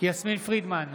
יסמין פרידמן,